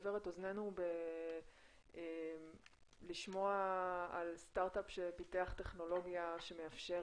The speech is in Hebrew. נסבר את אזנינו לשמוע על סטארט אפ שפיתח טכנולוגיה שמאפשרת,